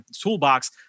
toolbox